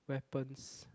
weapons